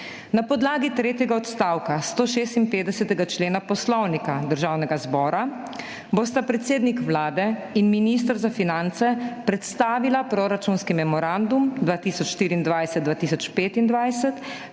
Na podlagi tretjega odstavka 156. člena Poslovnika Državnega zbora bosta predsednik Vlade in minister za finance predstavila proračunski memorandum 2024–2025,